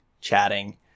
chatting